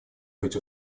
быть